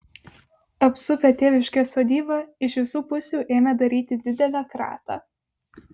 apsupę tėviškės sodybą iš visų pusių ėmė daryti didelę kratą